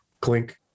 Clink